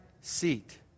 seat